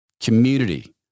Community